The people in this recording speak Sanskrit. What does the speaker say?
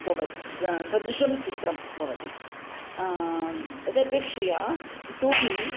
भवति सदृशं चित्रं भवति तदपेक्षया इतोऽपि